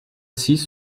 six